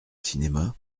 cinéma